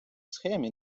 схемі